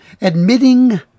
admitting